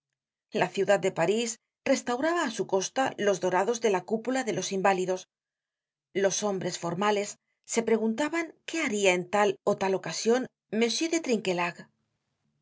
la ciudad de parís restauraba á su costa los dorados de la eúpula de los inválidos los hombres formales se preguntaban qué baria en tal ó tal ocasion m